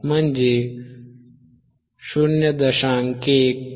म्हणजे 0